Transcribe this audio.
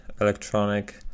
electronic